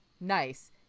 nice